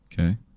Okay